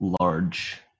large